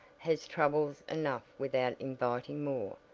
has troubles enough without inviting more,